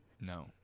No